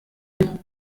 ihr